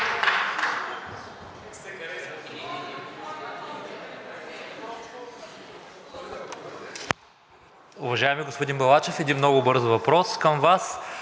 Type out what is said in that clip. Уважаеми господин Балачев, един много бърз въпрос към Вас.